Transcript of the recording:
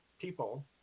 people